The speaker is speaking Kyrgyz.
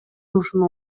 ушуну